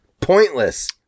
Pointless